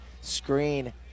screen